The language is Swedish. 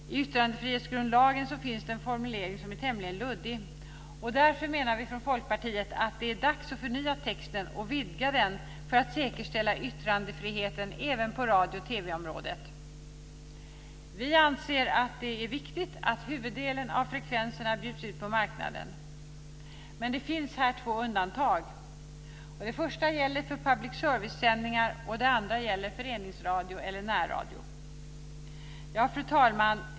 I yttrandefrihetsgrundlagen finns det en formulering som är tämligen luddig. Därför menar vi från Folkpartiet att det är dags att förnya texten och vidga den för att säkerställa yttrandefriheten även på radiooch TV-området. Vi anser att det är viktigt att huvuddelen av frekvenserna bjuds ut på marknaden. Men det finns här två undantag. Det första gäller för public service-sändningar och det andra för föreningsradio eller närradio. Fru talman!